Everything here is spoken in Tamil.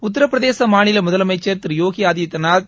உத்தரப்பிரதேச மாநில முதலமைச்சர் திரு யோகி ஆதித்தியநாத்